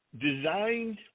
designed